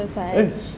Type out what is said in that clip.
eh